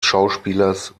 schauspielers